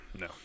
No